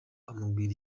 amubwira